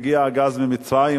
הגיע הגז ממצרים,